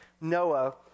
Noah